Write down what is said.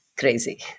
Crazy